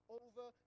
over